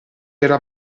era